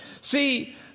See